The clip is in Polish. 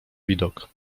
widok